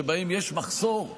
שבהם יש מחסור.